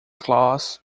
claws